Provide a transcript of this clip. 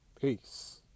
Peace